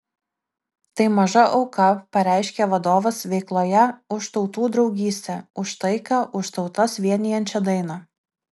tai maža auka pareiškė vadovas veikloje už tautų draugystę už taiką už tautas vienijančią dainą